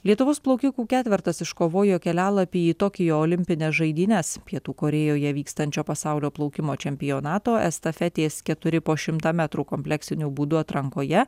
lietuvos plaukikų ketvertas iškovojo kelialapį į tokijo olimpines žaidynes pietų korėjoje vykstančio pasaulio plaukimo čempionato estafetės keturi po šimtą metrų kompleksiniu būdu atrankoje